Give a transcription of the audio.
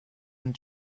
and